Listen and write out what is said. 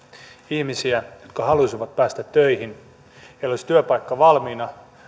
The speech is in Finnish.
ihmisiä jotka haluaisivat päästä töihin heillä olisi työpaikka valmiina